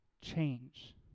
change